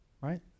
right